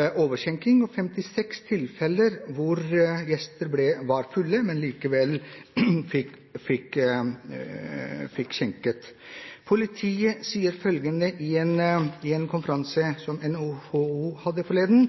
at det var 56 tilfeller hvor gjester var fulle, men likevel fikk alkohol. Politiet sa følgende på en konferanse NHO hadde forleden: Det uttalte prinsipp om at en